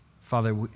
Father